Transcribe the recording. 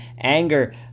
Anger